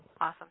awesome